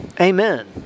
Amen